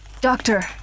Doctor